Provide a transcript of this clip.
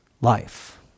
life